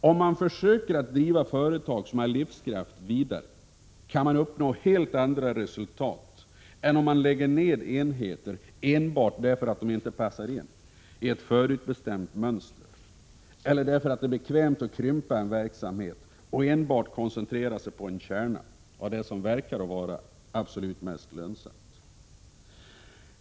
Om man försöker att driva företag som har livskraft vidare, kan man uppnå helt andra resultat än om man lägger ner enheter enbart därför att de inte passar in i ett förutbestämt mönster eller därför att det är bekvämt att krympa en verksamhet och enbart koncentrera sig på en kärna av det som verkar vara absolut mest lönsamt.